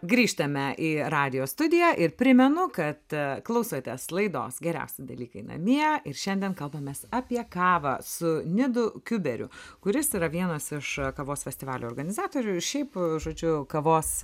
grįžtame į radijo studiją ir primenu kad klausotės laidos geriausi dalykai namie ir šiandien kalbamės apie kavą su nidu kiuberiu kuris yra vienas iš kavos festivalio organizatorių ir šiaip žodžiu kavos